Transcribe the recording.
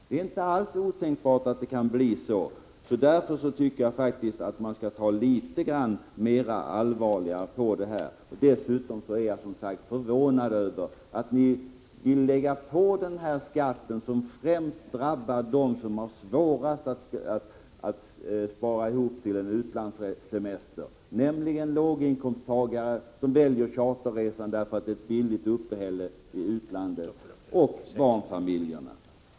Det är inte alls otänkbart att det kan bli så. Därför tycker jag att ni skall ta litet allvarligare på de synpunkter som vi för fram. Dessutom är jag, som sagt, förvånad över att ni vill öka denna skatt, som främst drabbar dem som har svårast att spara ihop till en utlandssemester, nämligen låginkomsttagarna och barnfamiljerna, som väljer charterresor därför att de ger billigt uppehälle i utlandet.